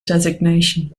designation